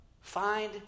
find